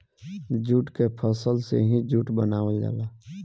jute के फसल से ही जूट बनावल जाला